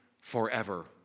forever